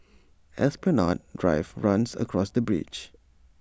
Esplanade Drive runs across the bridge